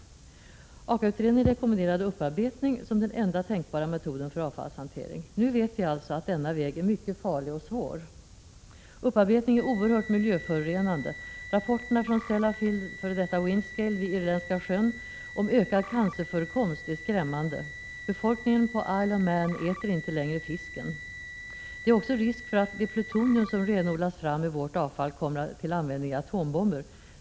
AKA-utredningen rekommenderade upparbetning som den enda tänkbara metoden för avfallshantering. Nu vet vi alltså att denna väg är mycket farlig och svår. Upparbetning är oerhört miljöförorenande. Rapporterna från Sellafield, f.d. Windscale, vid Irländska sjön om ökad cancerförekomst är skrämmande. Befolkningen på Isle of Man äter inte längre fisken. Det finns också risk för att det plutonium som renodlas fram ur vårt avfall kommer till användning i atombomber.